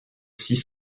six